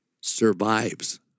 survives